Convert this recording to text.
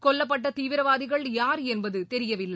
கொல்லப்பட்ட தீவிரவாதிகள் யார் என்பது தெரியவில்லை